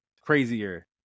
Crazier